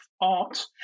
art